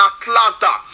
Atlanta